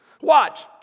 Watch